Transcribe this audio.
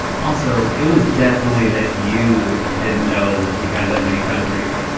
also, it was definitely that you didn't know we had that many countries.